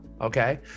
okay